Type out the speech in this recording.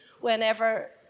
whenever